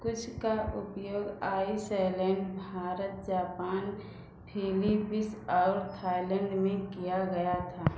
कुछ का उपयोग आइसलैंड भारत जापान फिलीपीस और थाईलैंड में किया गया था